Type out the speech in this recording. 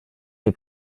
est